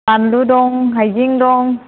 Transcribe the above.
बानलु दं हायजें दं